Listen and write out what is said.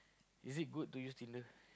is it good to use Tinder